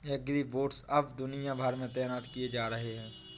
agribots अब दुनिया भर में तैनात किए जा रहे हैं